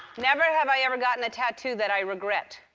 never have i ever gotten a tattoo that i regret.